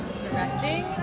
directing